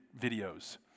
videos